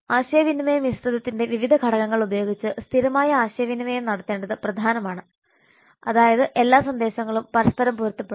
ആശയവിനിമയ മിശ്രിതത്തിന്റെ വിവിധ ഘടകങ്ങൾ ഉപയോഗിച്ച് സ്ഥിരമായ ആശയവിനിമയം നടത്തേണ്ടത് പ്രധാനമാണ് അതായത് എല്ലാ സന്ദേശങ്ങളും പരസ്പരം പൊരുത്തപ്പെടുന്നു